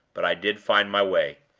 but i did find my way.